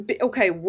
okay